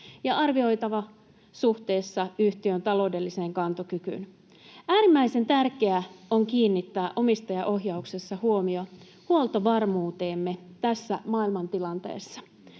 ja arvioitava suhteessa yhtiön taloudelliseen kantokykyyn. Äärimmäisen tärkeää on kiinnittää omistajaohjauksessa huomiota huoltovarmuuteemme tässä maailmantilanteessa.